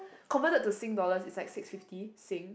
compare that to Sing dollars is like six fifty Sing